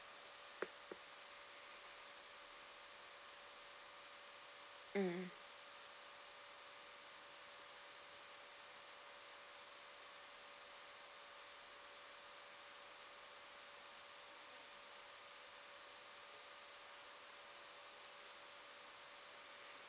mm